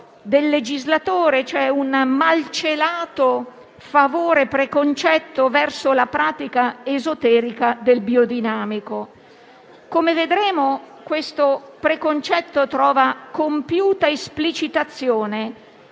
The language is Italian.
cioè un malcelato favore preconcetto verso la pratica esoterica del biodinamico. Come vedremo, questo preconcetto trova compiuta esplicitazione